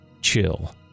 chill